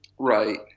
right